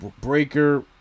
Breaker